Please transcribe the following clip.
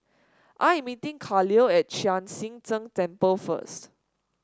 I am meeting Kahlil at Chek Sian Tng Temple first